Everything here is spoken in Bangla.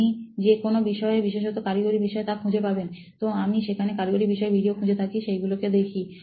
আপনি যে কোনো বিষয়ে বিশেষত কারিগরী বিষয়ে তা খুঁজে পাবেন তো আমি সেখানে কারিগরি বিষয়ের ভিডিও খুঁজে থাকি সেগুলোকে দেখি